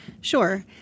Sure